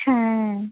হ্যাঁ